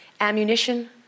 Ammunition